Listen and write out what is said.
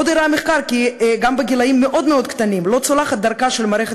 עוד הראה המחקר כי גם בגילים מאוד מאוד קטנים לא צולחת דרכה של מערכת